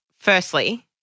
firstly